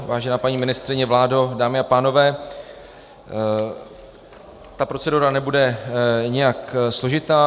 Vážená paní ministryně, vládo, dámy a pánové, ta procedura nebude nijak složitá.